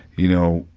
you know,